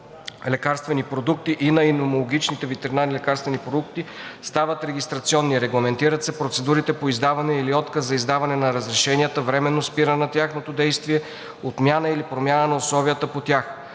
продукти и на имунологичните ветеринарно-лекарствени продукти стават регистрационни. Регламентират се процедурите по издаване или отказ за издаване на разрешенията, временно спиране на тяхното действие, отмяна или промяна на условията по тях.